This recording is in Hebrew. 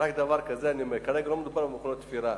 אני אומר דבר כזה: כרגע לא מדובר על מכונות תפירה.